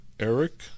Eric